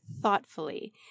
thoughtfully